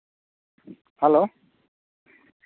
hello